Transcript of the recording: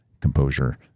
composure